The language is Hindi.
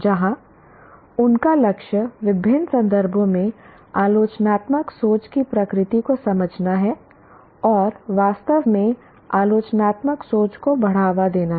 जहां उनका लक्ष्य विभिन्न संदर्भों में आलोचनात्मक सोच की प्रकृति को समझना है और वास्तव में आलोचनात्मक सोच को बढ़ावा देना है